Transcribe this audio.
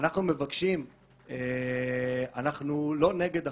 אנחנו לא נגד החוק.